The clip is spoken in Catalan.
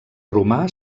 romà